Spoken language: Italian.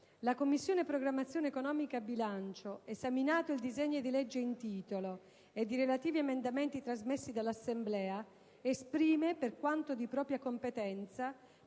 «La Commissione programmazione economica, bilancio, esaminato il disegno di legge in titolo ed i relativi emendamenti trasmessi dall'Assemblea, esprime, per quanto di propria competenza,